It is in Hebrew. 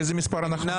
מי נמנע?